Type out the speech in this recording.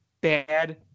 bad